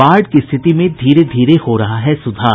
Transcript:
बाढ़ की स्थिति में धीरे धीरे हो रहा है सुधार